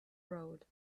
road